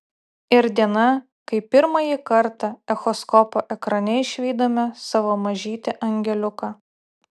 ir diena kai pirmąjį kartą echoskopo ekrane išvydome savo mažytį angeliuką